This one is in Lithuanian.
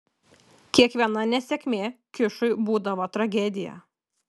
kiekviena nesėkmė kišui būdavo tragedija